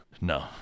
No